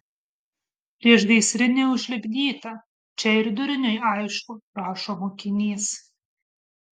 priešgaisrinė užlipdyta čia ir durniui aišku rašo mokinys